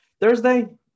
Thursday